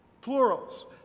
plurals